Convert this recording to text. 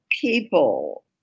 people